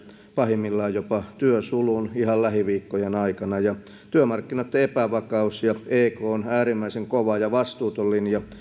pahimmillaan jopa työsulun ihan lähiviikkojen aikana työmarkkinoitten epävakaus ja ekn äärimmäisen kova ja vastuuton linja